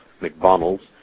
McDonald's